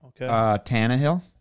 Tannehill